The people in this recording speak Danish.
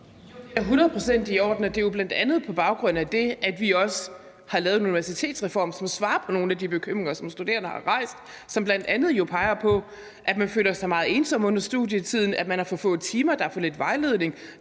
det er jo bl.a. på baggrund af det, at vi også har lavet en universitetsreform, som svarer på nogle af de bekymringer, som studerende har rejst, og som bl.a. peger på, at man føler sig meget ensom under studietiden, at man har for få timer, at der er for lidt vejledning,